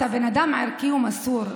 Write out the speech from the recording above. אתה בן אדם ערכי ומסור,